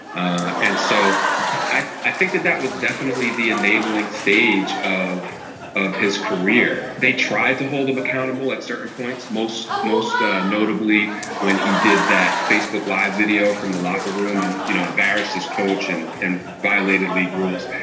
ah and so i i think that that was definitely the enabling stage of of his career. they tried to hold him accountable at certain points. most most notably when he did that facebook live video from the locker room and you know embarrassed his coach and and violated league rules.